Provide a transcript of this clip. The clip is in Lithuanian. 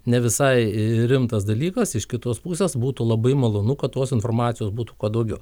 ne visai rimtas dalykas iš kitos pusės būtų labai malonu kad tos informacijos būtų kuo daugiau